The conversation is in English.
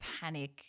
panic